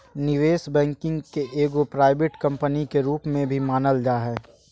निवेश बैंकिंग के एगो प्राइवेट कम्पनी के रूप में भी मानल जा हय